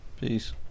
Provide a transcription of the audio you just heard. Peace